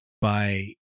by-